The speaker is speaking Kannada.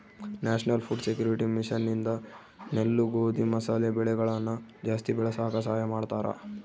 ನ್ಯಾಷನಲ್ ಫುಡ್ ಸೆಕ್ಯೂರಿಟಿ ಮಿಷನ್ ಇಂದ ನೆಲ್ಲು ಗೋಧಿ ಮಸಾಲೆ ಬೆಳೆಗಳನ ಜಾಸ್ತಿ ಬೆಳಸಾಕ ಸಹಾಯ ಮಾಡ್ತಾರ